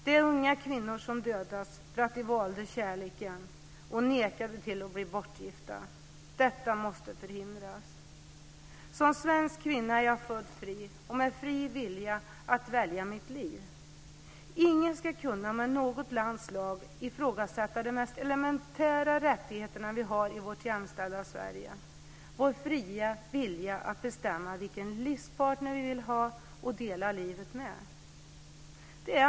Det är unga kvinnor som dödas för att de väljer kärleken och nekar att bli bortgifta. Detta måste förhindras. Som svensk kvinna är jag född fri med en fri vilja och rätt att välja mitt liv. Ingen ska med något lands lag kunna ifrågasätta de mest elementära rättigheterna som vi har i vårt jämställda Sverige, vår fria vilja att bestämma vilken partner vi vill ha och dela livet med.